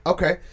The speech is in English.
Okay